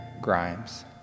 Grimes